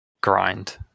grind